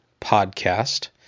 Podcast